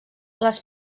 les